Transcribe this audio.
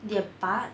their butt